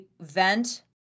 vent